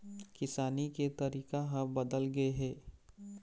किसानी के तरीका ह बदल गे हे